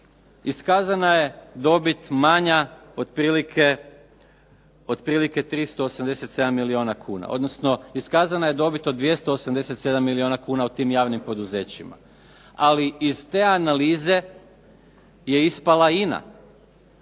iskazana je dobit manja otprilike 387 milijuna kuna, odnosno iskazana je dobit od 287 milijuna kuna u tim javnim poduzećima. Ali iz te analize je ispala INA